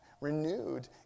renewed